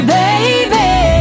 baby